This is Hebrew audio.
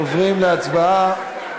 עוברים להצבעה.